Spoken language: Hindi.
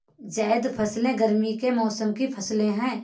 ज़ैद फ़सलें गर्मी के मौसम की फ़सलें हैं